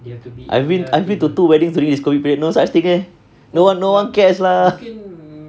I've been I've been to two weddings already this COVID period no such thing eh no one no one cares lah